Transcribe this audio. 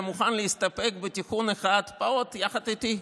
מוכן להסתפק בתיקון אחד פעוט יחד איתי: